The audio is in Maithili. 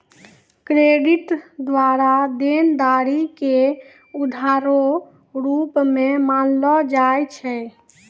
क्रेडिट द्वारा देनदारी के उधारो रूप मे मानलो जाय छै